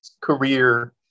career